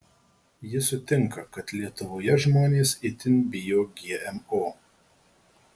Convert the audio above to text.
ji sutinka kad lietuvoje žmonės itin bijo gmo